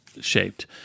shaped